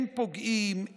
הם פוגעים,